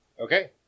Okay